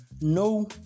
no